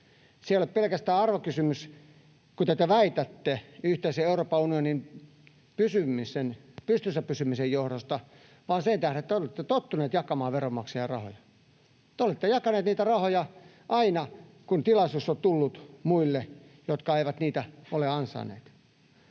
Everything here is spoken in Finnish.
Se ei ole pelkästään arvokysymys, kuten te väitätte, yhteisen Euroopan unionin pystyssä pysymisen johdosta, vaan sen tähden, että te olette tottuneet jakamaan veronmaksajien rahoja. Te olette jakaneet niitä rahoja aina kun tilaisuus on tullut, muille, jotka eivät niitä ole ansainneet.